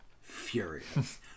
furious